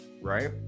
right